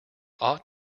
ought